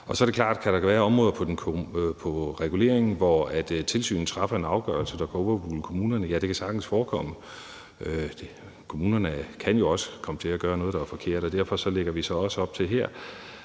Kan der være områder i forhold til reguleringen, hvor tilsynet træffer en afgørelse, der overruler kommunerne? Ja, det kan sagtens forekomme. Kommunerne kan jo også komme til at gøre noget, der er forkert, og derfor lægger vi så også op til her,